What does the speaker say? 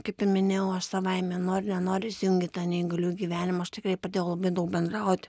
kaip ir minėjau aš savaime nori nenori įsijungi į tą neįgaliųjų gyvenimą aš tikrai pradėjau labai daug bendrauti